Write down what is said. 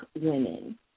women